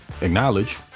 acknowledge